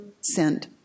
sent